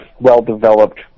well-developed